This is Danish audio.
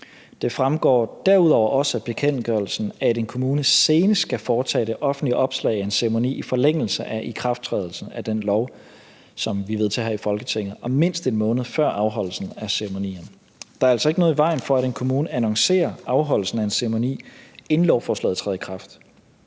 Det fremgår derudover også af bekendtgørelsen, at en kommune senest kan foretage det offentlige opslag af en ceremoni i forlængelse af ikrafttrædelsen af den lov, som vi vedtager her i Folketinget, og mindst 1 måned før afholdelsen af ceremonien. Der er altså ikke noget i vejen for, at en kommune annoncerer afholdelsen af en ceremoni, inden lovforslaget træder i kraft.